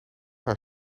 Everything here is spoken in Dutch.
haar